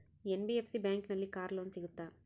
NBFC ಬ್ಯಾಂಕಿನಲ್ಲಿ car loan ಸಿಗುತ್ತಾ?